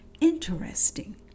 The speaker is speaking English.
Interesting